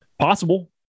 Possible